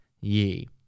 ye